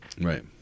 Right